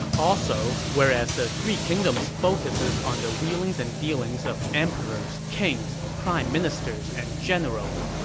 also, whereas the three kingdoms focuses on the wheelings and dealings of emperors, kings, prime ministers, and generals,